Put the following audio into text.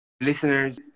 listeners